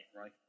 right